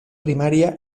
primaria